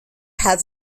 has